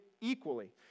equally